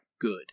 good